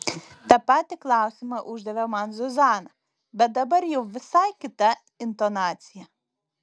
tą patį klausimą uždavė man zuzana bet dabar jau visai kita intonacija